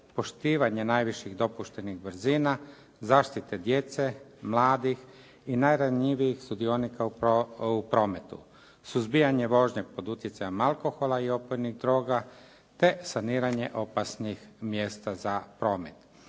poštivanje najviših dopuštenih brzina, zaštite djece, mladih i najranjivijih sudionika u prometu, suzbijanje vožnje pod utjecajem alkohola i opojnih droga te saniranje opasnih mjesta za promet.